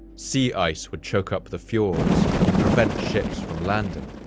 sea ice would choke up the fjords and prevent ships from landing.